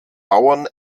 bauern